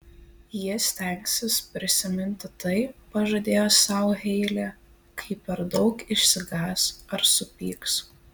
ji stengsis prisiminti tai pažadėjo sau heilė kai per daug išsigąs ar supyks